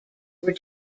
were